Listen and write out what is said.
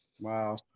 wow